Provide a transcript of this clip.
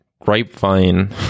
grapevine